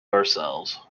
ourselves